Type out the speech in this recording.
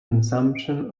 consumption